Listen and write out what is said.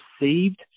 received